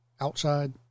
outside